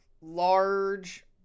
large